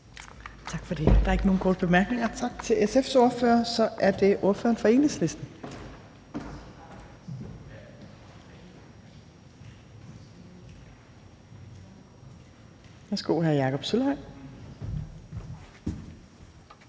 Tak for det. Der er ikke nogen korte bemærkninger. Tak til SF's ordfører. Så er det ordføreren for Enhedslisten, hr. Jakob Sølvhøj.